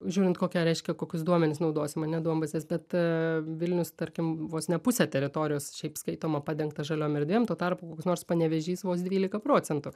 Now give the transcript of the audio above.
žiūrint kokią reiškia kokius duomenis naudosim ane duombazės bet vilnius tarkim vos ne pusė teritorijos šiaip skaitoma padengta žaliom erdvėm tuo tarpu koks nors panevėžys vos dvylika procentų